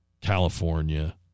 California